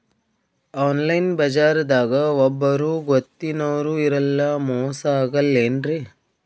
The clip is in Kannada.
ಆನ್ಲೈನ್ ಬಜಾರದಾಗ ಒಬ್ಬರೂ ಗೊತ್ತಿನವ್ರು ಇರಲ್ಲ, ಮೋಸ ಅಗಲ್ಲೆನ್ರಿ?